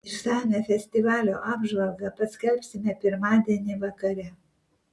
išsamią festivalio apžvalgą paskelbsime pirmadienį vakare